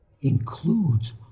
includes